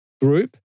group